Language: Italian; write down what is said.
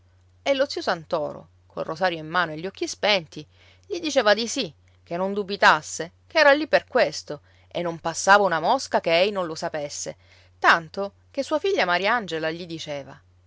e lo zio santoro col rosario in mano e gli occhi spenti gli diceva di sì che non dubitasse che era lì per questo e non passava una mosca che ei non lo sapesse tanto che sua figlia mariangela gli diceva